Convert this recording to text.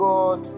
God